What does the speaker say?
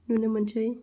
नुनो मोनसै